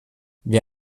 wer